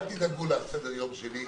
אל תדאגו לסדר יום שלי.